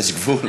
יש גבול.